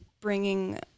bringing